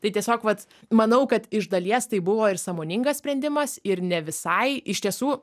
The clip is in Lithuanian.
tai tiesiog vat manau kad iš dalies tai buvo ir sąmoningas sprendimas ir ne visai iš tiesų